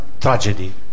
tragedy